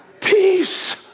Peace